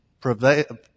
prevail